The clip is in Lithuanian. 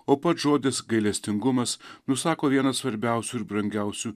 o pats žodis gailestingumas nusako vieną svarbiausių ir brangiausių